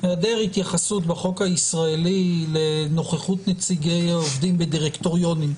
אלא דרך התייחסות בחוק הישראלי לנוכחות נציגי העובדים בדירקטוריונים,